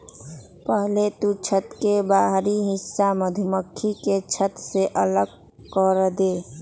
पहले तु छत्त के बाहरी हिस्सा मधुमक्खी के छत्त से अलग करदे